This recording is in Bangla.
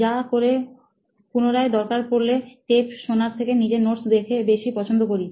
যাতে করে পুনরায় দরকার পড়লে টেপ শোনার থেকে নিজের নোটস দেখা বেশি পছন্দ করি